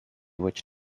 which